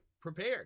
prepared